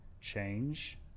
change